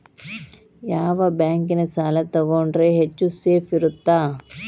ಯಾವ ಬ್ಯಾಂಕಿನ ಸಾಲ ತಗೊಂಡ್ರೆ ಹೆಚ್ಚು ಸೇಫ್ ಇರುತ್ತಾ?